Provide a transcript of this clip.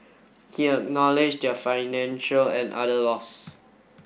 he acknowledged their financial and other loss